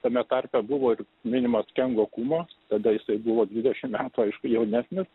tame tarpe buvo ir minimas kengo kuma tada jisai buvo dvidešim metų jaunesnis